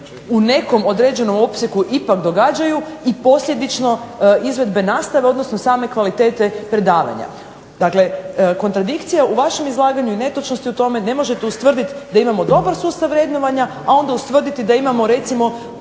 u nekom određenom opsegu ipak događaju i posljedično izvedbe nastave, odnosno same kvalitete predavanja. Dakle, kontradikcija u vašem izlaganju i netočnosti u tome ne možete ustvrditi da imamo dobar sustav vrednovanja, a onda ustvrditi da imamo recimo